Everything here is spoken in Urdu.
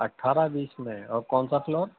اٹھارہ بیس میں ہے اور کون سا فلور